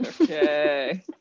Okay